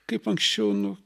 kaip anksčiau nu